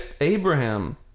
Abraham